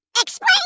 Explain